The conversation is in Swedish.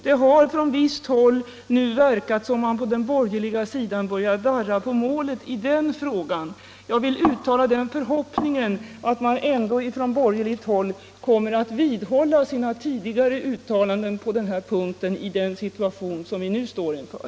Det har nu i viss mån verkat som om man på den borgerliga sidan börjar darra på målet i den frågan. Jag vill uttala den förhoppningen att man ändå från borgerligt håll kommer att vidhålla sina tidigare uttalanden på den här punkten i den situation som vi nu står inför.